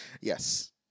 Yes